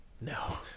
No